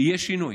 יהיה שינוי,